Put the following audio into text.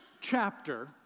chapter